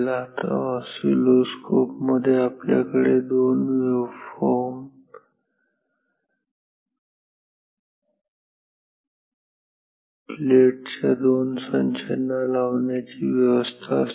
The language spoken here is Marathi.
आता ऑसिलोस्कोप मध्ये आपल्याकडे 2 वेव्हफॉर्म प्लेट च्या दोन संचाना लावण्याची व्यवस्था असते